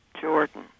Jordan